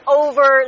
over